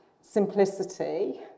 simplicity